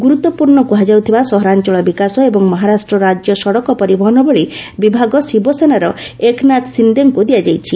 ଗ୍ରର୍ତ୍ୱପୂର୍ଣ୍ଣ କୃହାଯାଉଥିବା ସହରାଞ୍ଚଳ ବିକାଶ ଏବଂ ମହାରାଷ୍ଟ୍ର ରାଜ୍ୟ ସଡ଼କ ପରିବହନ ଭଳି ବିଭାଗ ଶିବସେନାର ଏକନାଥ୍ ସିନ୍ଦେଙ୍କ ଦିଆଯାଇଛି